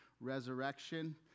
resurrection